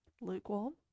Lukewarm